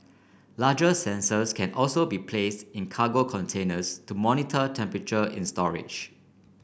larger sensors can also be place in cargo containers to monitor temperature in storage